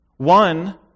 One